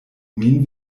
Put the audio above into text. min